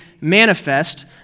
manifest